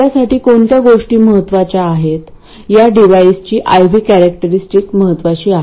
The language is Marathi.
आपल्यासाठी कोणत्या गोष्टी महत्त्वाच्या आहेत या डिव्हाइसची I V कॅरेक्टरस्टिक महत्वाची आहेत